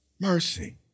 Mercy